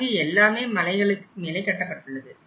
அங்கு எல்லாமே மலைகளுக்கு மேலே கட்டப்பட்டுள்ளது